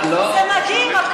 זה מדהים.